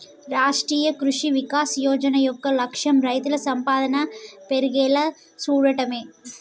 రాష్ట్రీయ కృషి వికాస్ యోజన యొక్క లక్ష్యం రైతుల సంపాదన పెర్గేలా సూడటమే